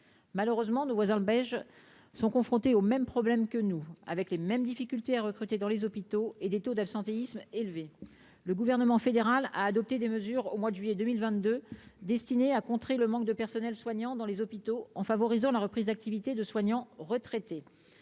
malheureusement nos voisins belges sont confrontés aux mêmes problèmes que nous, avec les mêmes difficultés à recruter dans les hôpitaux et des taux d'absentéisme élevé, le gouvernement fédéral a adopté des mesures au mois de juillet 2022 destiné à contrer le manque de personnel soignant dans les hôpitaux, en favorisant la reprise d'activité de soignants, retraités,